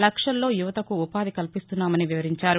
లక్షల్లో యువతకు ఉపాధి కల్పిస్తున్నామని వివరించారు